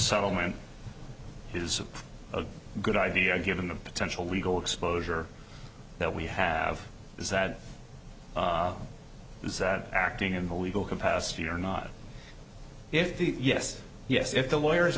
settlement is a good idea given the potential legal exposure that we have is that is that acting in the legal capacity or not if the yes yes if the lawyer